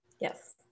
yes